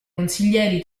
consiglieri